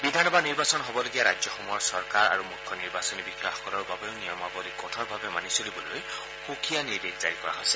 বিধান সভা নিৰ্বাচন হ'বলগীয়া ৰাজ্যসমূহৰ চৰকাৰ আৰু মুখ্য নিৰ্বাচনী বিষয়াসকলৰ বাবেও নিয়মাৱলী কঠোৰভাৱে মানি চলিবলৈ সুকীয়া নিৰ্দেশ জাৰী কৰা হৈছে